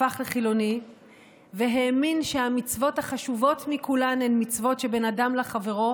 הפך לחילוני והאמין שהמצוות החשובות מכולן הן מצוות שבין אדם לחברו,